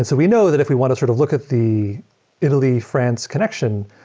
so we know that if we want to sort of look at the italy-france connection,